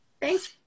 thanks